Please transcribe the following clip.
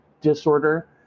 disorder